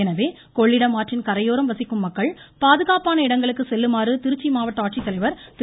எனவே கொள்ளிடம் ஆற்றின் கரையோரம் வசிக்கும் மக்கள் பாதுகாப்பான இடங்களுக்கு செல்லுமாறு திருச்சி மாவட்ட ஆட்சித்தலைவர் திரு